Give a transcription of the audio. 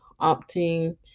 opting